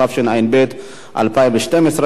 התשע"ב 2012,